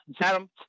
adam